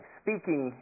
speaking